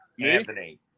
Anthony